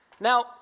Now